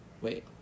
wait